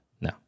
No